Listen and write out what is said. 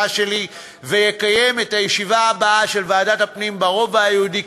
שלי ויקיים את הישיבה הבאה של ועדת הפנים ברובע היהודי,